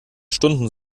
stunden